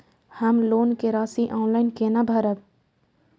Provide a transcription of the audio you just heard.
हम लोन के राशि ऑनलाइन केना भरब?